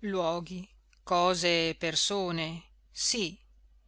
luoghi cose e persone sì